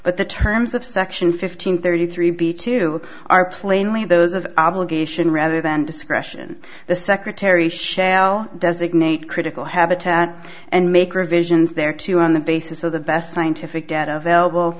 but the terms of section fifteen thirty three b two are plainly those of obligation rather than discretion the secretary shall designate critical habitat and make provisions there too on the basis of the best scientific data available